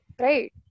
Right